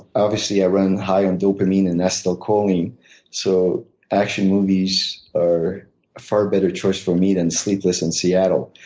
obviously, i run high on dopamine and acetylcholine so action movies are a far better choice for me than sleepless in seattle.